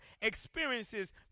experiences